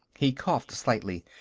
he coughed slightly.